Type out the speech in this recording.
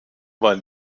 war